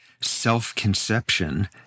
self-conception